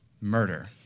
murder